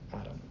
Adam